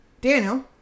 Daniel